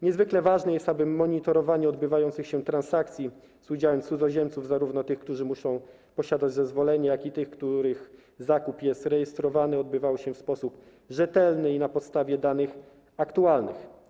Niezwykle ważne jest, aby monitorowanie odbywających się transakcji z udziałem cudzoziemców, zarówno tych, którzy muszą posiadać zezwolenie, jak i tych, których zakup jest rejestrowany, odbywało się w sposób rzetelny i na podstawie aktualnych danych.